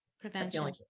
prevention